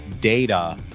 data